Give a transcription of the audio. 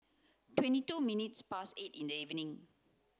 twenty two minutes past eight in the evening